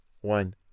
one